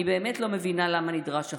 אני באמת לא מבינה למה נדרש החוק.